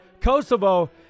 Kosovo